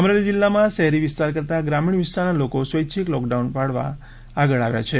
અમરેલી જિલ્લામાં શહેરી વિસ્તાર કરતા ગ્રામીણ વિસ્તારના લોકો સ્વૈચ્છિક લોકડાઉન કરવા નક્કી કર્યું છે